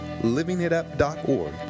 LivingItUp.org